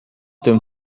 them